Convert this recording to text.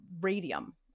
radium